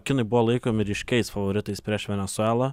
kinai buvo laikomi ryškiais favoritais prieš venesuelą